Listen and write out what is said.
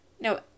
no